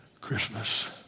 Christmas